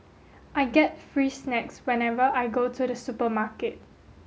I get free snacks whenever I go to the supermarket